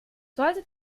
sollte